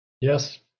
Yes